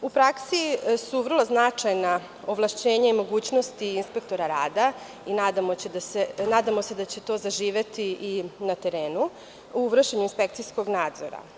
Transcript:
U praksi su vrlo značajna ovlašćena i mogućnosti inspektora rada i nadamo se da će to zaživeti i na terenu u vršenju inspekcijskog nadzora.